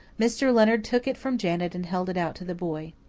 mr. leonard took it from janet and held it out to the boy.